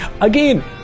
Again